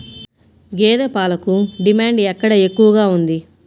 గేదె పాలకు డిమాండ్ ఎక్కడ ఎక్కువగా ఉంది?